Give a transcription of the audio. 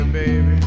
baby